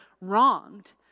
wronged